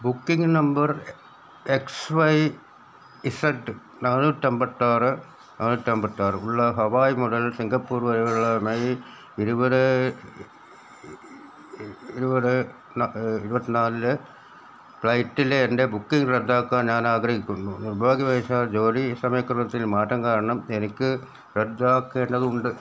booking number X Y Z നാന്നൂറ്റമ്പത്താറ് നാന്നൂറ്റമ്പത്താറുള്ള Hawaii മുതൽ സിംഗപ്പൂർ വരെയുള്ള മെയ് ഇരുപത് ഇരുപത് ഇരുപത്തിനാലിൽ ഫ്ലൈറ്റിലെ എൻ്റെ ബുക്കിംഗ് റദ്ദാക്കാൻ ഞാൻ ആഗ്രഹിക്കുന്നു നിർഭാഗ്യവശാൽ ജോലി സമയക്രമത്തിൽ മാറ്റം കാരണം എനിക്ക് റദ്ദാക്കേണ്ടതുണ്ട്